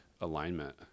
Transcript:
alignment